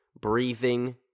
breathing